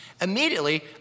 Immediately